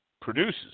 produces